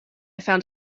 found